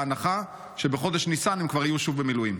בהנחה שבחודש ניסן הם כבר יהיו שוב במילואים?